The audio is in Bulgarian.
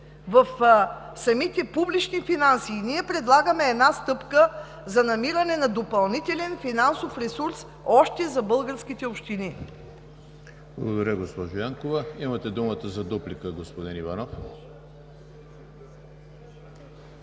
в самите публични финанси, ние предлагаме още една стъпка за намиране на допълнителен финансов ресурс за българските общини. ПРЕДСЕДАТЕЛ ЕМИЛ ХРИСТОВ: Благодаря, госпожо Янкова. Имате думата за дуплика, господин Иванов.